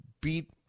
beat